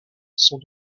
sont